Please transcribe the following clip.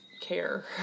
care